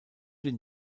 den